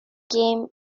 game